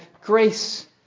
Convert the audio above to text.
grace